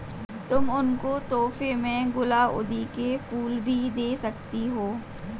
तुम उनको तोहफे में गुलाउदी के फूल भी दे सकती हो